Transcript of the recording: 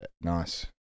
Nice